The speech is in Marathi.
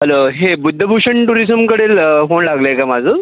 हॅलो हे बुद्धभूषण टुरिझमकडील फोण लागलं आहे का माझं